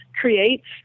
creates